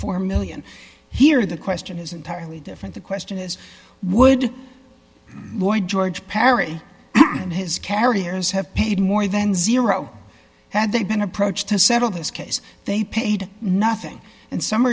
four million here the question is entirely different the question is would boy george perry and his carriers have paid more than zero had they been approached to settle this case they paid nothing and s